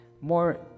more